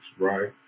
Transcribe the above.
right